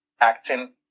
acting